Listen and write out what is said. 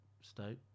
state